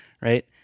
right